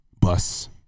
bus